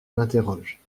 m’interroge